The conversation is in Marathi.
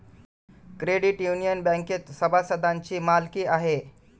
क्रेडिट युनियन बँकेत सभासदांची मालकी आहे